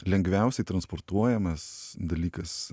lengviausiai transportuojamas dalykas